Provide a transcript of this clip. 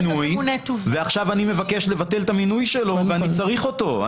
מינוי ועכשיו אני מבקש לבטל את המינוי שלו ואני צריך אותו.